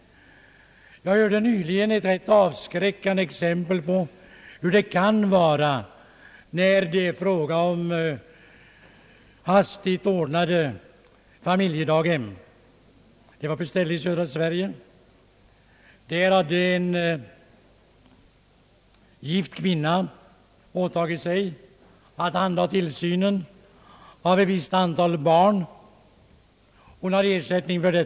Jag hörde nyligen talas om ett rätt avskräckande exempel på hur det kan vara när det är fråga om hastigt ordnade familjedaghem. På en plats i södra Sverige hade en gift kvinna åtagit sig tillsynen av ett visst antal barn. Hon hade ersättning för det.